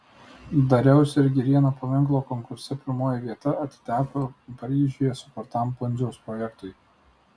dariausi ir girėno paminklo konkurse pirmoji vieta atiteko paryžiuje sukurtam pundziaus projektui